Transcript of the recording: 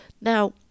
Now